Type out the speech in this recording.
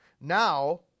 Now